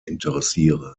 interessiere